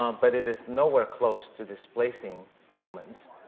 um but it is nowhere close to displacing humans.